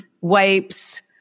wipes